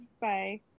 Bye